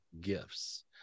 gifts